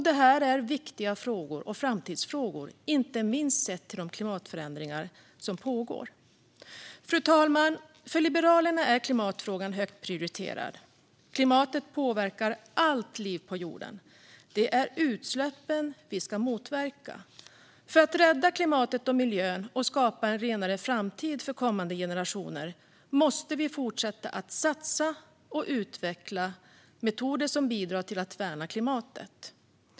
Det är viktiga frågor och framtidsfrågor, inte minst sett till de klimatförändringar som pågår. Fru talman! För Liberalerna är klimatfrågan högt prioriterad. Klimatet påverkar allt liv på jorden. Det är utsläppen vi ska motverka. För att rädda klimatet och miljön och skapa en renare framtid för kommande generationer måste vi fortsätta att satsa på och utveckla metoder som bidrar till att värna klimatet.